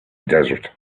desert